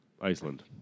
Iceland